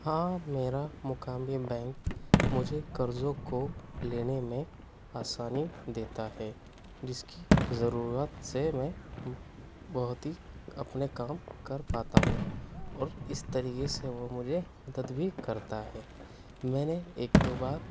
ہاں میرا مقامی بینک مجھے قرضوں کو لینے میں آسانی دیتا ہے جس کی ضرورت سے میں بہت ہی اپنے کام کر پاتا ہوں اور اِس طریقے سے وہ مجھے مدد بھی کرتا ہے میں نے ایک دو بار